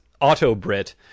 auto-Brit